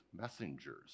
messengers